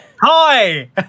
Hi